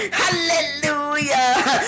hallelujah